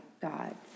God